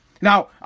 Now